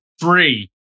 three